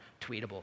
tweetable